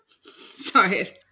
sorry